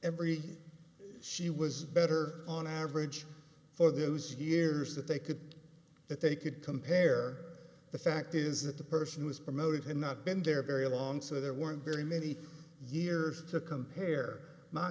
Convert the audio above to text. every she was better on average for those years that they could that they could compare the fact is that the person who is promoted had not been there very long so there weren't very many years to compare m